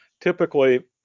typically